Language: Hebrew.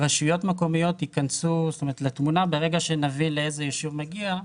רשויות מקומיות יכנסו לתמונה ברגע שנביא לאיזה ישוב מגיע.